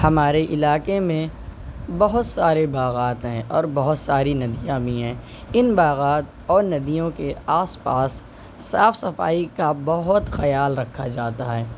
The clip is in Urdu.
ہمارے علاقے میں بہت سارے باغات ہیں اور بہت ساری ندیاں بھی ہیں ان باغات اور ندیوں کے آس پاس صاف صفائی کا بہت خیال رکھا جاتا ہے